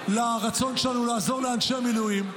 לרצון שלנו לעזור לאנשי המילואים,